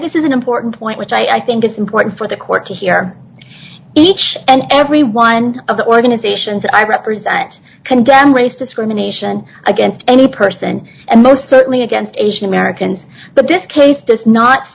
this is an important point which i think it's important for the court to hear each and every one of the organizations that i represent condemn race discrimination against any person and most certainly against asian americans but this case does not